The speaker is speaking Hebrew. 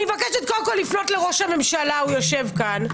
אני מבקשת קודם כול לפנות לראש הממשלה הוא יושב כאן.